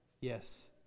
yes